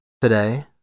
today